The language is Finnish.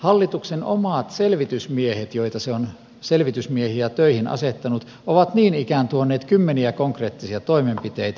hallituksen omat selvitysmiehet joita selvitysmiehiä töihin se on asettanut ovat niin ikään tuoneet kymmeniä konkreettisia toimenpiteitä